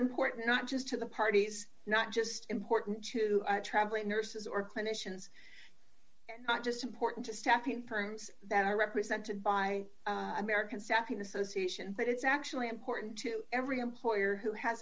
important not just to the parties not just important to travelling nurses or clinicians not just important to staffing firms that are represented by american sapien association but it's actually important to every employer who has